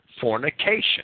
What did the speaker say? fornication